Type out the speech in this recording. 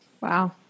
Wow